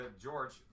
George